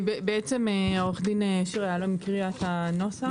בעצם עורכת הדין יהלומי הקריאה את הנוסח.